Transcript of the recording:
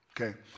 Okay